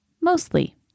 mostly